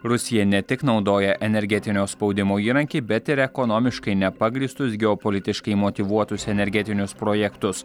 rusija ne tik naudoja energetinio spaudimo įrankį bet ir ekonomiškai nepagrįstus geopolitiškai motyvuotus energetinius projektus